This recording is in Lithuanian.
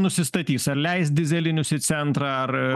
nusistatys ar leis dyzelinius centrą ar